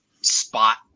spot